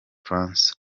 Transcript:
francois